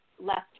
left